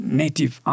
native